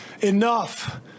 Enough